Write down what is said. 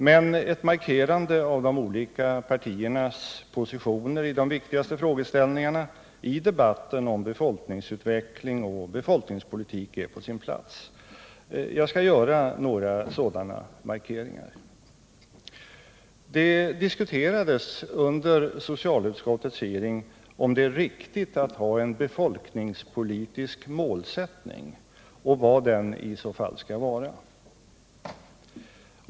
Men ett markerande av de olika partiernas positioner i de viktigaste frågeställningarna i debatten om befolkningsutveckling och befolkningspolitik är på sin plats. Jag skall göra några sådana markeringar. Det diskuterades under socialutskottets hearing om det är riktigt att ha en befolkningspolitisk målsättning och vad den i så fall bör vara.